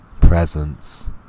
presence